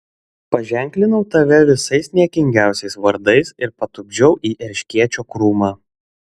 paženklinau tave visais niekingiausiais vardais ir patupdžiau į erškėčio krūmą